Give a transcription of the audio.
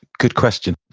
good question.